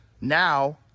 Now